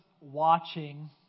watching